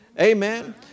Amen